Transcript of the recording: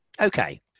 Okay